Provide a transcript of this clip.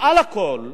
מעל הכול,